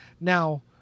Now